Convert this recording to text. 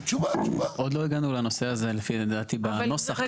לכן אני אומר,